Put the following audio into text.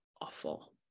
awful